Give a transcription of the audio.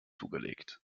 zugelegt